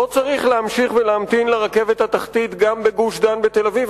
לא צריך להמשיך ולהמתין לרכבת התחתית גם בגוש-דן בתל-אביב.